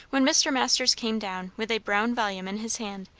when mr. masters came down with a brown volume in his hand,